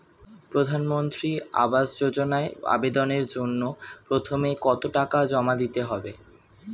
প্রধানমন্ত্রী আবাস যোজনায় আবেদনের জন্য প্রথমে কত টাকা জমা দিতে হবে?